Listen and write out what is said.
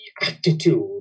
attitude